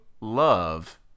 love